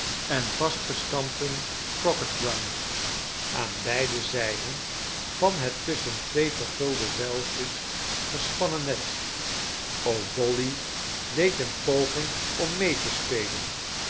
en vastgestampten crocket ground aan beide zijden van het tusschen twee vergulde zuiltjes gespannen net ook dolly deed een poging om mee te spelen